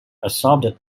absorbed